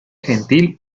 gentil